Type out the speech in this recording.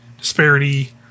Disparity